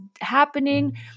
happening